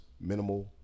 minimal